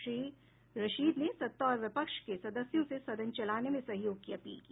श्री रशीद ने सत्ता और विपक्ष के सदस्यों से सदन चलाने में सहयोग की अपील की